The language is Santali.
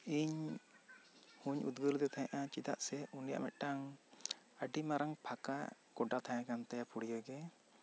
ᱤᱧ ᱦᱚᱹᱧ ᱩᱫᱷᱟᱣ ᱞᱮᱫᱮ ᱛᱟᱦᱮᱸᱜᱼᱟ ᱪᱮᱫᱟᱜ ᱥᱮ ᱩᱱᱤᱭᱟᱜ ᱢᱤᱫᱴᱟᱝ ᱟᱹᱰᱤ ᱢᱟᱨᱟᱝ ᱯᱷᱟᱸᱠᱟ ᱜᱚᱰᱟ ᱛᱟᱦᱮᱸᱠᱟᱱ ᱛᱟᱭᱟ ᱯᱩᱲᱤᱭᱟᱹ ᱜᱮ